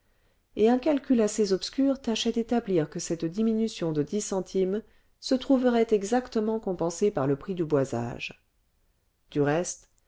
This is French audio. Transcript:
et un calcul assez obscur tâchait d'établir que cette diminution de dix centimes se trouverait exactement compensée par le prix du boisage du reste